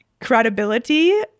credibility